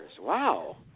Wow